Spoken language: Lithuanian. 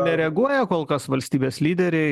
nereaguoja kol kas valstybės lyderiai